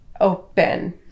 open